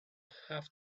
have